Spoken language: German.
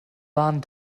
warnen